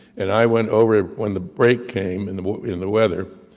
and i went over, when the break came, in the in the weather,